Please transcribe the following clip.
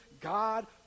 God